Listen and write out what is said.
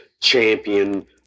champion